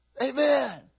Amen